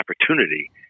opportunity